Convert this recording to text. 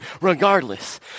regardless